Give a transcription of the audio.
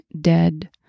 dead